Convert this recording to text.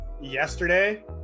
yesterday